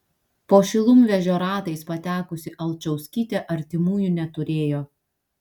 po šilumvežio ratais patekusi alčauskytė artimųjų neturėjo